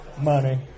Money